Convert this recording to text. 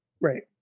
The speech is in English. Right